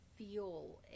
Feel